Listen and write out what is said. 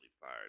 fired